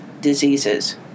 diseases